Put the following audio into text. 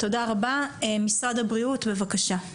תודה רבה, משרד הבריאות בבקשה.